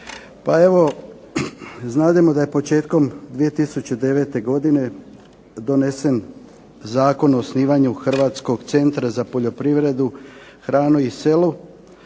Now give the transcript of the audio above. Pa evo znademo da je početkom 2009. godine donesen Zakon o osnivanju Hrvatskog centra za poljoprivredu, hranu i selo